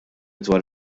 dwar